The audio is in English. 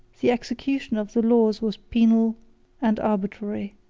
the execution of the laws was penal and arbitrary.